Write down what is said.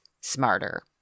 smarter